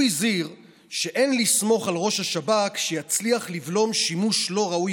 הוא הזהיר ש"אין לסמוך על ראש השב"כ שיצליח לבלום שימוש לא ראוי